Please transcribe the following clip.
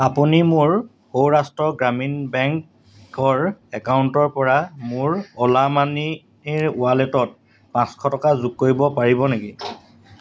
আপুনি মোৰ সৌৰাষ্ট্ৰ গ্ৰামীণ বেংকৰ একাউণ্টৰপৰা মোৰ অ'লা মানিৰ ৱালেটত পাঁচশ টকা যোগ কৰিব পাৰিব নেকি